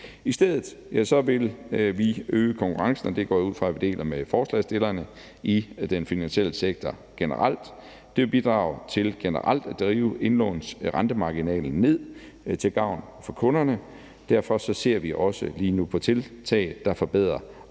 I stedet vil vi øge konkurrencen – og det går jeg ud fra vi deler med forslagsstillerne – i den finansielle sektor generelt. Det vil bidrage til generelt at drive indlånsrentemarginalen ned til gavn for kunderne. Derfor ser vi også lige nu på tiltag, der kan forbedre konkurrencen